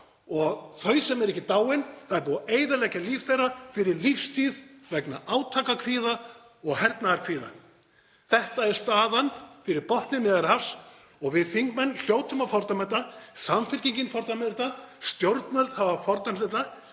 og þau sem eru ekki dáin, það er búið að eyðileggja líf þeirra fyrir lífstíð vegna átakakvíða og hernaðarkvíða. Þetta er staðan fyrir botni Miðjarðarhafs og við þingmenn hljótum að fordæma þetta. Samfylkingin fordæmir þetta. Stjórnvöld hafa fordæmt